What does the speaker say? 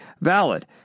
valid